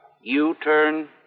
U-turn